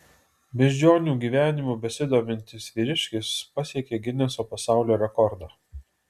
beždžionių gyvenimu besidomintis vyriškis pasiekė gineso pasaulio rekordą